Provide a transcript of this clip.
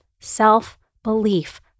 self-belief